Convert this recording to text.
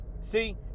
See